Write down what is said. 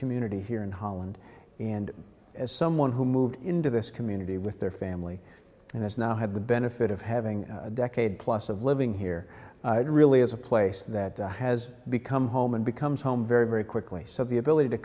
community here in holland and as someone who moved into this community with their family and has now had the benefit of having a decade plus of living here really is a place that has become home and becomes home very very quickly so the ability to